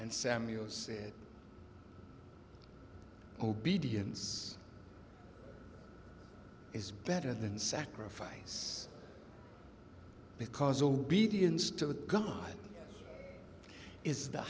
and samuel said obedience is better than sacrifice because obedience to god is the